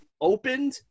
opened